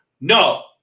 No